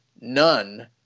none